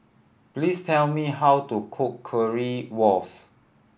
please tell me how to cook Currywurst